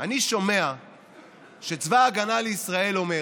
אני שומע שצבא ההגנה לישראל אומר: